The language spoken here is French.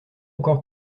encore